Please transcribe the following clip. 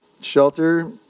Shelter